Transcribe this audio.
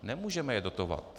Nemůžeme je dotovat.